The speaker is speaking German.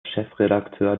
chefredakteur